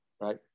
Right